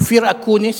אופיר אקוניס,